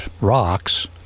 rocks